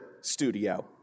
studio